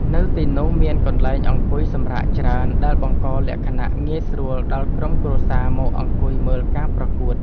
នៅទីនោះមានកន្លែងអង្គុយសម្រាកច្រើន ដែលបង្កលក្ខណៈងាយស្រួលដល់ក្រុមគ្រួសារមកអង្គុយមើលការប្រកួត។